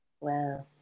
Wow